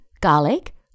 garlic